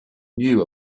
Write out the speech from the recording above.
knew